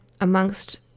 amongst